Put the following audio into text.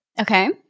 Okay